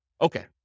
Okay